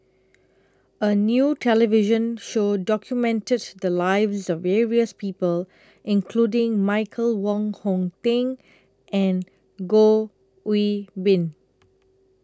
A New television Show documented The Lives of various People including Michael Wong Hong Teng and Goh Qiu Bin